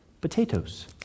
potatoes